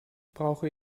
brauche